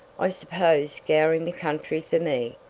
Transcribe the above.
i suppose scouring the country for me.